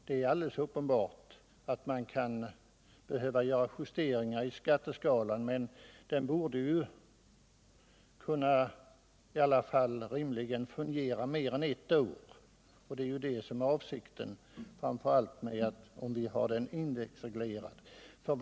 Det är alldeles uppenbart att man kan behöva göra justeringar i skatteskalan, men den borde i alla fall rimligen kunna fungera mer än ett år. Det är framför allt det som är avsikten med en indexreglering.